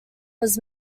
was